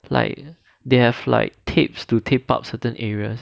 like they have like tapes to tape up certain areas